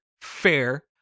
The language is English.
fair